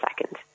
second